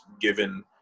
given –